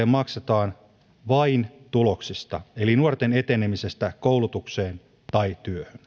maksetaan vain tuloksista eli nuorten etenemisestä koulutukseen tai työhön